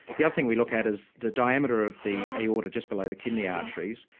the other thing we look at is the diameter of the aorta just below the kidney arteries,